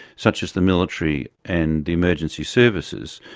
such as the military and the emergency services,